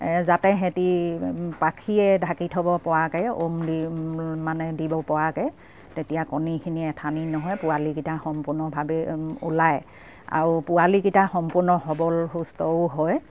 যাতে সেহেঁতি পাখিয়ে ঢাকি থ'ব পৰাকে উম দি মানে দিব পৰাকে তেতিয়া কণীখিনি এথানি নহয় পোৱালিকিটা সম্পূৰ্ণভাৱে ওলায় আৰু পোৱালিকিটা সম্পূৰ্ণ সবল সুস্থও হয়